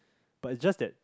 but it's just that